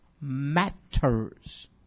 matters